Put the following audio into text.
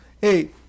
Hey